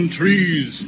trees